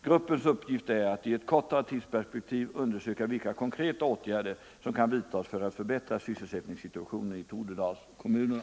Gruppens uppgift är att i ett kortare tidsperspektiv undersöka vilka konkreta åtgärder som kan vidtas för att förbättra sysselsättningssituationen i Tornedalskommunerna.